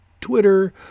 Twitter